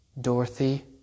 Dorothy